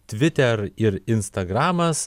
twitter ir instagramas